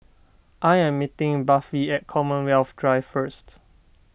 I am meeting Buffy at Commonwealth Drive first